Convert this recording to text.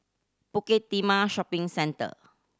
Bukit Timah Shopping Centre